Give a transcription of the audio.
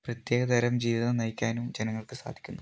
പ്രത്യേക തരം ജീവിതം നയിക്കാനും ജനങ്ങൾക്ക് സാധിക്കുന്നു